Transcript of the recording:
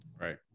right